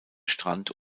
strand